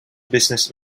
business